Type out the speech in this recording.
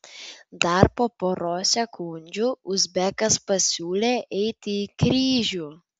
dar po poros sekundžių uzbekas pasiūlė eiti į kryžių